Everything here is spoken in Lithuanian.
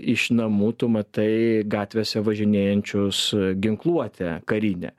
iš namų tu matai gatvėse važinėjančius ginkluotę karinę